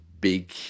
big